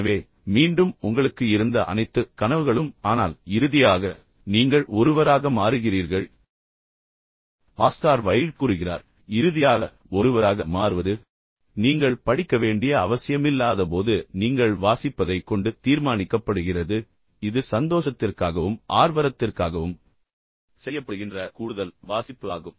எனவே மீண்டும் உங்களுக்கு இருந்த அனைத்து கனவுகளும் ஆனால் இறுதியாக நீங்கள் ஒருவராக மாறுகிறீர்கள் ஆஸ்கார் வைல்ட் கூறுகிறார் இறுதியாக ஒருவராக மாறுவது நீங்கள் படிக்க வேண்டிய அவசியமில்லாதபோது நீங்கள் வாசிப்பதைக் கொண்டு தீர்மானிக்கப்படுகிறது இது சந்தோஷத்திற்காகவும் ஆர்வரத்திற்காகவும் செய்யப்படுகின்ற கூடுதல் வாசிப்பு ஆகும்